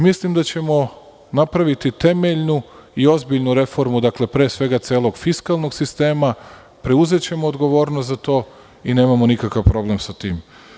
Mislim da ćemo napraviti temeljnu i ozbiljnu reformu, dakle pre svega fiskalnog sistema, preuzećemo odgovornost za to i nemamo nikakav problem sa tim.